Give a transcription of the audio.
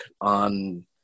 on